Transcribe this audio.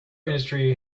industry